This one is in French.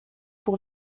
pour